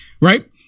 right